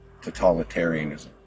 totalitarianism